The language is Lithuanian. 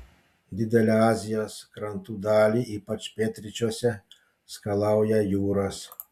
didelę azijos krantų dalį ypač pietryčiuose skalauja jūros